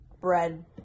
bread